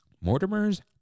Mortimer's